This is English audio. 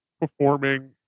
performing